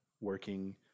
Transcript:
working